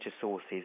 sources